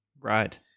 Right